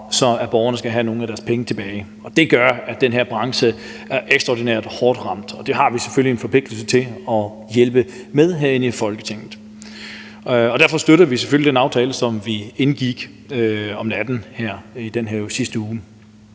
om, at borgerne skal have nogle af deres penge tilbage. Det gør, at den her branche er ekstraordinært hårdt ramt, og der har vi herinde i Folketinget selvfølgelig en forpligtelse til at hjælpe. Derfor støtter vi selvfølgelig den aftale, som vi indgik om natten her i sidste uge.